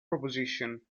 proposition